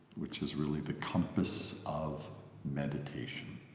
which is really the compass of meditation,